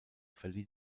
verlieh